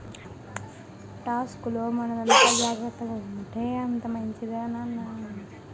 టాక్సుల్లో మనం ఎంత జాగ్రత్తగా ఉంటే అంత మంచిదిరా నాన్న